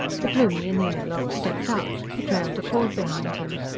the plumie in the air lock stepped out. he trailed a cord behind him.